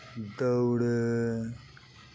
ᱫᱟᱹᱣᱲᱟᱹ